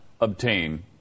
obtain